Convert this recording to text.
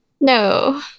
No